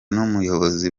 n’ubuyobozi